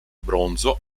bronzo